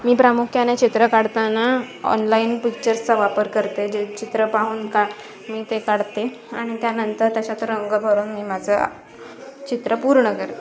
मी प्रामुख्याने चित्र काढताना ऑनलाईन पिच्चर्सचा वापर करते जे चित्र पाहून का मी ते काढते आणि त्यानंतर त्याच्यात रंग भरून मी माझं चित्र पूर्ण करते